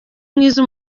mwiza